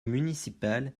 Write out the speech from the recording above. municipales